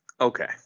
Okay